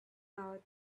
out